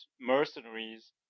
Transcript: mercenaries